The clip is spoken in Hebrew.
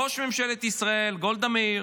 ראש ממשלת ישראל גולדה מאיר